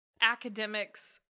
academics